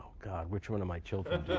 god, which one of my children?